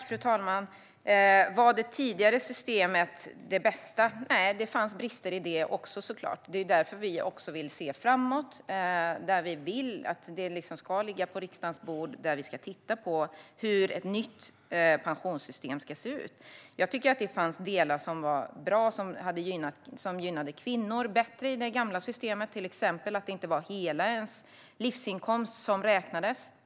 Fru talman! Var det tidigare systemet det bästa? Nej, det fanns såklart brister i det också. Det är därför vi vill se framåt. Vi vill att detta ska ligga på riksdagens bord och att vi ska titta på hur ett nytt pensionssystem ska se ut. Jag tycker att det fanns delar som var bra och som gynnade kvinnor bättre i det gamla systemet, till exempel att det inte var hela livsinkomsten som räknades.